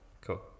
cool